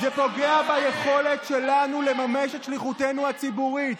זה פוגע ביכולת שלנו לממש את שליחותנו הציבורית.